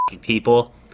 people